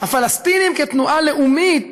הפלסטינים כתנועה לאומית